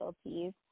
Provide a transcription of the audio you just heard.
specialties